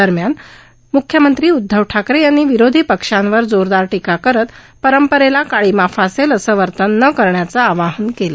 दरम्यान मुख्यमंत्री उदधव ठाकरे यांनी विरोधी पक्षावर जोरदार टिका करत परंपरेला कांळीमा फासेल असं वर्तन न करण्याचं आवाहनं केलं